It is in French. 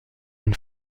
une